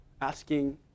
asking